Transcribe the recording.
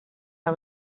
him